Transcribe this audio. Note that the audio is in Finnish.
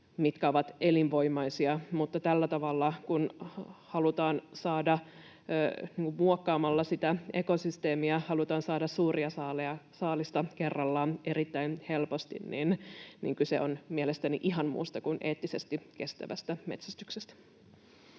mitkä ovat elinvoimaisia. Mutta tällä tavalla, kun muokkaamalla sitä ekosysteemiä halutaan saada suuria saaliita kerrallaan erittäin helposti, kyse on mielestäni ihan muusta kuin eettisesti kestävästä metsästyksestä.